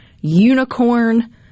unicorn